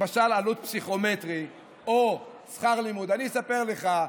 למשל עלות פסיכומטרי או שכר לימוד, אני אספר לך,